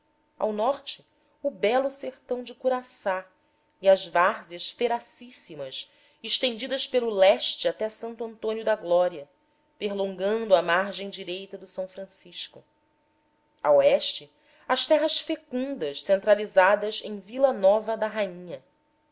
ao norte o belo sertão de curaçá e as várzeas feracíssimas estendidas para leste até santo antônio da glória perlongando a margem direita do s francisco a oeste as terras fecundas centralizadas em vila nova da rainha